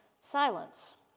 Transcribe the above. silence